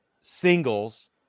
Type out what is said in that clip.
singles